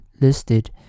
listed